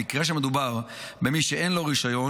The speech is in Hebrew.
במקרה שמדובר במי שאין לו רישיון,